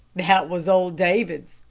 that was old davids,